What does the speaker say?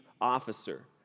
officer